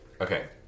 Okay